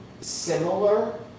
similar